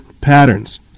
patterns